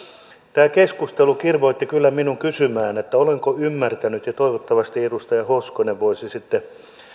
tämä keskustelu kirvoitti kyllä minut kysymään olenko ymmärtänyt oikein ja toivottavasti edustaja hoskonen voisi sitten